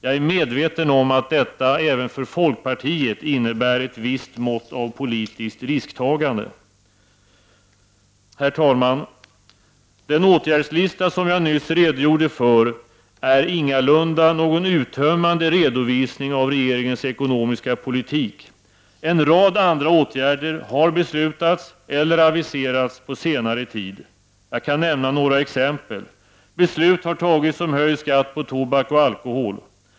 Jag är medveten om att detta även för folkpartiet innebär ett visst mått av politiskt risktagande. Herr talman! Den åtgärdslista som jag nyss redogjorde för är ingalunda någon uttömmande redovisning av regeringens ekonomiska politik. En rad andra åtgärder har beslutats eller aviserats på senare tid. Jag kan nämna några exempel. Beslut har fattats om höjning av skatten på tobak och alkohol.